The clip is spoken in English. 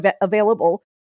available